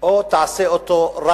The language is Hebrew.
או תרע אותו?